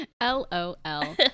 L-O-L